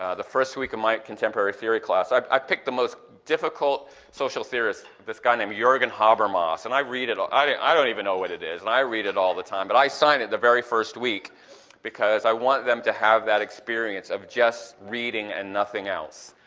ah the first week of my contemporary theory class i i picked the most difficult social theorist, this guy named jorgen habermaas, and i read it, i i don't even know what it is, and i read it all the time, but i assign it the very first week because i want them to have that experience of just reading and nothing else.